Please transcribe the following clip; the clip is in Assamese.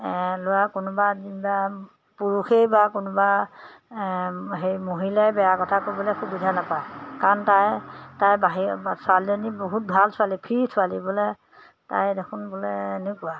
ল'ৰা কোনোবা যেনিবা পুৰুষেই বা কোনোবা হেৰি মহিলাই বেয়া কথা ক'বলৈ সুবিধা নাপায় কাৰণ তাই তাই বাহিৰৰ ছোৱালীজনী বহুত ভাল ছোৱালী ফ্ৰী ছোৱালী বোলে তাই দেখোন বোলে এনেকুৱা